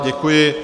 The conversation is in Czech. Děkuji.